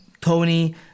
Tony